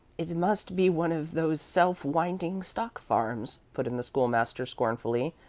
it must be one of those self-winding stock farms, put in the school-master, scornfully.